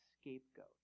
scapegoat